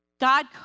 God